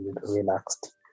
relaxed